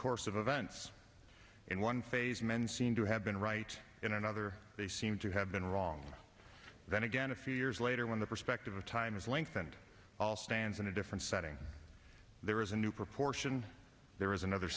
course of events in one phase men seem to have been right in another they seem to have been wrong then again a few years later when the perspective of time is lengthened all stands in a different setting there is a new proportion there is another